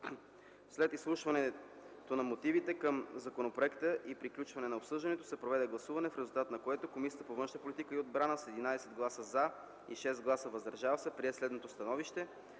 След изслушването на мотивите към законопроекта и приключването на обсъждането се проведе гласуване, в резултат на което Комисията по външна политика и отбрана с единадесет гласа „за“ и шест гласа „въздържал се“ прие следното становище: